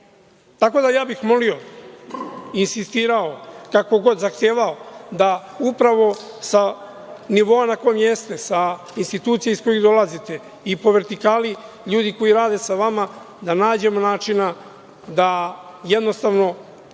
kriv. Tako da, ja bi milio i insistirao, kako god, zahtevao da upravo sa nivoa na kome jeste, sa institucije iz kojih dolazite i po vertikali ljudi koji rade sa vama, da nađemo načina da jednostavno